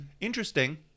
interesting